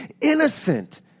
innocent